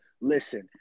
listen